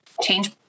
change